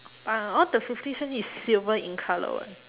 ah all the fifty cents is silver in colour [what]